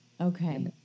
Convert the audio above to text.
Okay